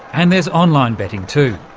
and there's online betting too,